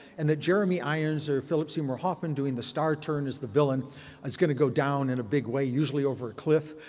and the jeremy irons or philip seymour hoffman doing the star turn as the villain is going to go down in a big way, usually over a cliff.